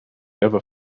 ever